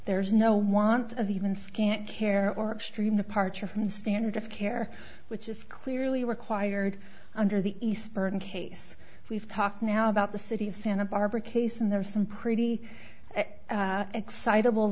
there's no want of even scant care or extremely parcher from the standard of care which is clearly required under the eastburn case we've talk now about the city of santa barbara case and there are some pretty excitable